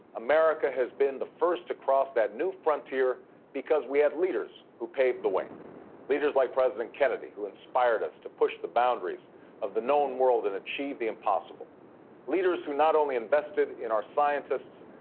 america has been the first to cross that new frontier because we had leaders who paved the way leaders like president kennedy, who inspired us to push the boundaries of the known world and achieve the impossible leaders who not only invested in our scientists,